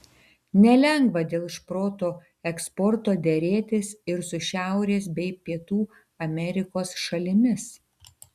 nelengva dėl šprotų eksporto derėtis ir su šiaurės bei pietų amerikos šalimis